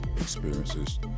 experiences